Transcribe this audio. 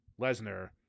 Lesnar